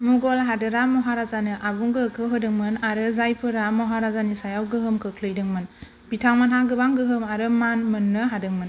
मुगल हादोरा महाराजानो आबुं गोहोखौ होदोंमोन आरो जायफोरा महाराजानि सायाव गोहोम खोख्लैदोंमोन बिथांमोनहा गोबां गोहोम आरो मान मोन्नो हादोंमोन